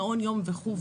מעון יום וכולי,